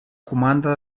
comanda